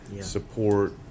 support